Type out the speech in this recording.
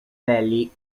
celi